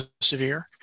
severe